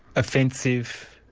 offensive,